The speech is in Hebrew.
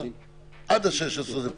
עד ה-16 זה פוקע.